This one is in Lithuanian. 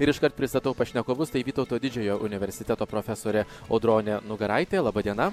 ir iškart pristatau pašnekovus tai vytauto didžiojo universiteto profesorė audronė nugaraitė laba diena